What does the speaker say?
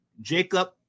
Jacob